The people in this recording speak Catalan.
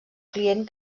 client